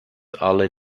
alle